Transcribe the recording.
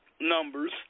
numbers